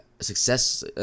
Success